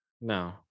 No